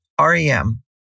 REM